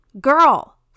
girl